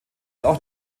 auch